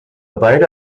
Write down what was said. beide